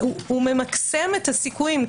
ממקסם את הסיכויים.